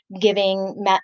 giving